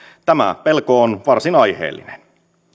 tämä pelko on varsin aiheellinen